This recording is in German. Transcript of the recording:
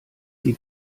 die